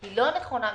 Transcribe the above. היא לא נכונה מקצועית.